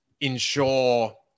ensure –